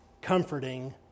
comforting